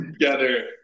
together